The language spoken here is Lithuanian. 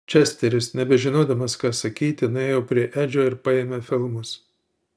česteris nebežinodamas ką sakyti nuėjo prie edžio ir paėmė filmus